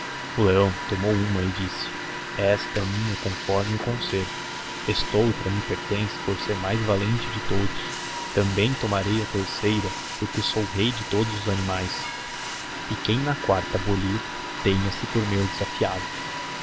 o leão tomou huma e disse esta he minha conforme o concerto estoutra me pertence por ser mais valente de todos também tomarei a terceira porque sou rei de todos os animaes e quem na quarta boidk esg po u lir tenha se por meu desafiado